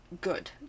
good